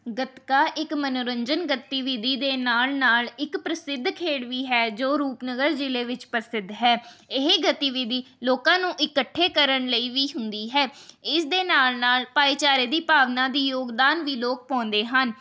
ਗੱਤਕਾ ਇੱਕ ਮਨੋਰੰਜਨ ਗਤੀਵਿਧੀ ਦੇ ਨਾਲ ਨਾਲ ਇੱਕ ਪ੍ਰਸਿੱਧ ਖੇਡ ਵੀ ਹੈ ਜੋ ਰੂਪਨਗਰ ਜ਼ਿਲ੍ਹੇ ਵਿੱਚ ਪ੍ਰਸਿੱਧ ਹੈ ਇਹ ਗਤੀਵਿਧੀ ਲੋਕਾਂ ਨੂੰ ਇਕੱਠੇ ਕਰਨ ਲਈ ਵੀ ਹੁੰਦੀ ਹੈ ਇਸਦੇ ਨਾਲ ਨਾਲ ਭਾਈਚਾਰੇ ਦੀ ਭਾਵਨਾ ਦੀ ਯੋਗਦਾਨ ਵੀ ਲੋਕ ਪਾਉਂਦੇ ਹਨ